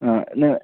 എന്ന്